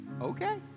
Okay